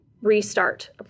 restart